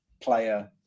player